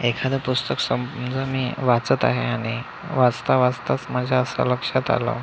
एखादं पुस्तक समजा मी वाचत आहे आणि वाचता वाचताच माझ्या असं लक्षात आलं